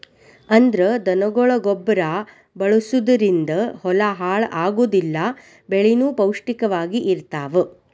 ಅಂದ್ರ ದನಗೊಳ ಗೊಬ್ಬರಾ ಬಳಸುದರಿಂದ ಹೊಲಾ ಹಾಳ ಆಗುದಿಲ್ಲಾ ಬೆಳಿನು ಪೌಷ್ಟಿಕ ವಾಗಿ ಇರತಾವ